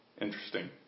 interesting